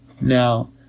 Now